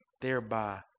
thereby